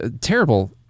terrible